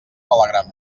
telegram